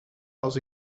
als